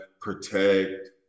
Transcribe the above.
protect